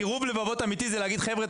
קירוב לבבות אמיתי זה להגיד: חבר'ה,